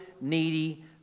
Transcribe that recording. needy